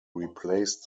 replaced